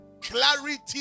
clarity